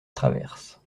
traverse